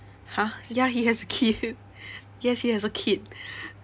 !huh! ya he has a kid yes he has a kid